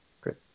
great